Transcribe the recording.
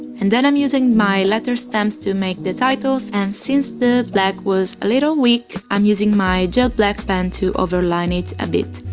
and then, i'm using my letter stamps to make the titles and since the black was a little weak i'm using my gel black pen to overline it a bit